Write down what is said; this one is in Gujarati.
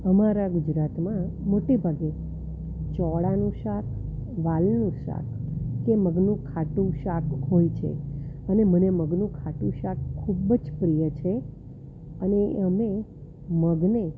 અમારા ગુજરાતમાં મોટે ભાગે ચોળાનું શાક વાલનું શાક કે મગનું ખાટું શાક હોય છે અને મને મગનું ખાટું શાક ખુબ જ પ્રિય છે અને અમે મગને